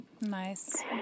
Nice